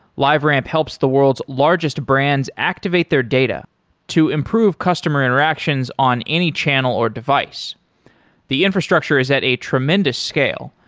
liveramp helps the world's largest brands activate their data to improve customer interactions on any channel or device the infrastructure is at a tremendous scale.